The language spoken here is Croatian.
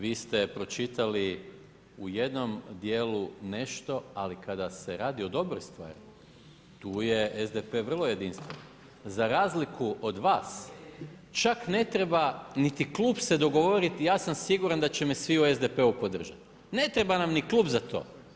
Vi ste pročitali u jednom dijelu nešto ali kada se radi o dobroj stvari tu je SDP vrlo jedinstven za razliku od vas čak ne treba niti klub se dogovoriti, ja sam siguran da će me svi u SDP-u podržati, ne treba nam ni klub za to.